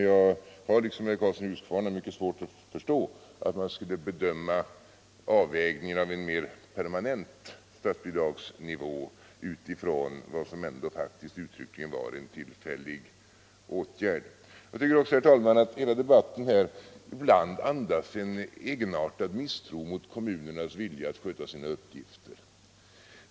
Jag har liksom herr Karlsson i Huskvarna svårt att förstå att man skulle bedöma avvägningen av en mer permanent statsbidragsnivå utifrån vad som ändå faktiskt uttryckligen var en tillfällig åtgärd. Jag tycker också, herr talman, att hela debatten här ibland andas en egenartad misstro mot kommunernas vilja att sköta sina uppgifter.